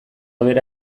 bera